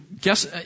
Guess